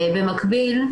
במקביל,